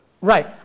Right